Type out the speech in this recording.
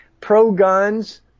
pro-guns